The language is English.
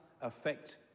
affect